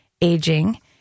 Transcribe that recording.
aging